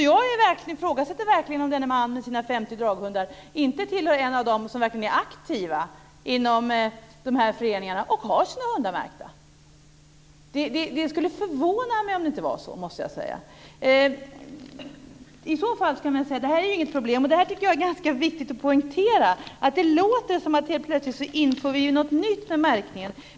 Jag ifrågasätter verkligen om denne man med sina 50 draghundar inte är en av dem som är aktiv inom dessa föreningar och har sina hundar märkta. Det skulle förvåna mig om det inte var så. Man kan säga att det inte är något problem. Jag tycker att det är ganska viktigt att poängtera detta. Det låter som om vi helt plötsligt inför något nytt med märkningen.